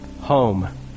home